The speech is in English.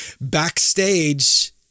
Backstage